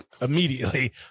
Immediately